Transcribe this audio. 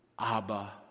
Abba